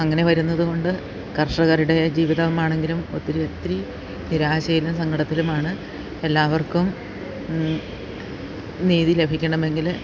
അങ്ങനെ വരുന്നത് കൊണ്ട് കർഷകരുടെ ജീവിതം ആണെങ്കിലും ഒത്തിരി ഒത്തിരി നിരാശയിലും സങ്കടത്തിലുമാണ് എല്ലാവർക്കും നീതി ലഭിക്കണം എങ്കിൽ